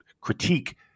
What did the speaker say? critique